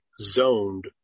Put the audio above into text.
zoned